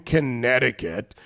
Connecticut